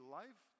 life